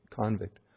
convict